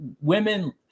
women